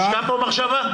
הושקעה פה מחשבה?